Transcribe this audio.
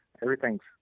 everything's